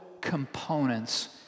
components